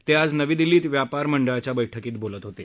ते आज नवी दिल्लीत व्यापार मंडळाच्या बैठकीत बोलत होते